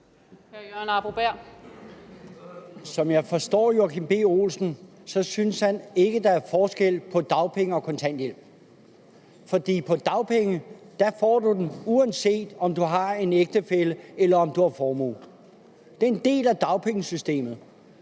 Som jeg forstår hr. Joachim B. Olsen, synes han ikke, at der er forskel på dagpenge og kontanthjælp, for dagpenge får man, uanset om man har en ægtefælle eller formue. Det er en del af dagpengesystemet.